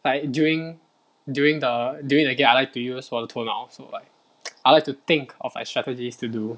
like during during the during the game I like to use 我的头脑 so like I like to think of like strategies to do